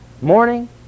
morning